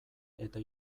eta